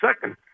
second